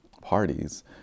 parties